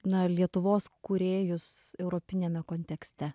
na lietuvos kūrėjus europiniame kontekste